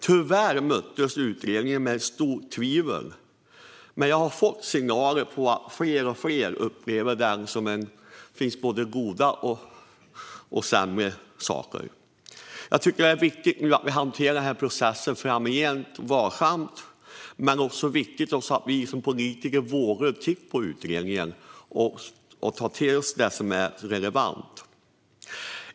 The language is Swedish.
Tyvärr möttes utredningen av stort tvivel, men jag har fått signaler om att fler och fler uppfattar det som att det finns både bättre och sämre saker i den. Jag tycker att det är viktigt att vi hanterar processen varsamt framgent, men det är också viktigt att vi som politiker vågar titta på utredningen och ta till oss det som är relevant.